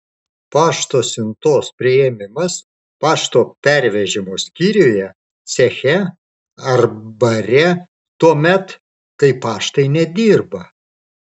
pašto siuntos priėmimas pašto pervežimo skyriuje ceche ar bare tuomet kai paštai nedirba